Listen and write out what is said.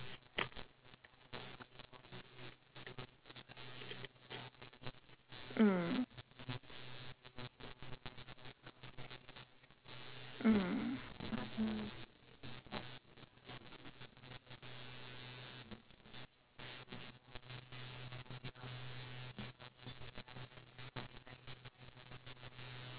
mm mm